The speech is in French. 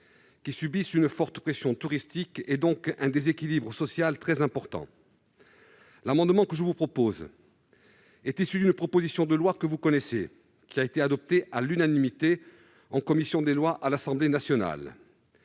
qui subissent une forte pression touristique et, partant, un déséquilibre social très important. L'amendement que je défends ici est issu d'une proposition de loi que vous connaissez, adoptée à l'unanimité par la commission des lois de l'Assemblée nationale.